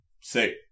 say